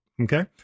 Okay